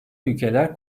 ülkeler